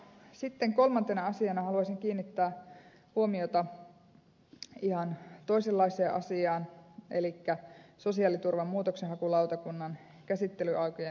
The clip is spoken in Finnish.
sitten kolmantena asiana haluaisin kiinnittää huomiota ihan toisenlaiseen asiaan elikkä sosiaaliturvan muutoksenhakulautakunnan käsittelyaikojen lyhentämiseen